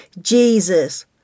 Jesus